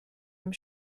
them